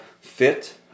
fit